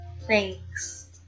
Thanks